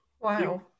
Wow